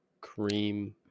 cream